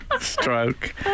stroke